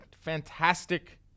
fantastic